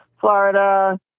Florida